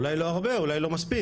אולי לא הרבה, אולי לא מספיק,